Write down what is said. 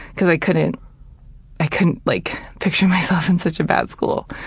because i couldn't i couldn't like picture myself in such a bad school.